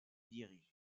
dirigé